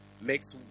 makes